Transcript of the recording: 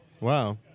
Wow